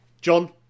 john